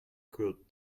could